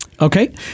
Okay